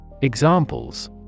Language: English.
Examples